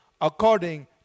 according